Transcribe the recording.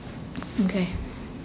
okay